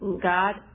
God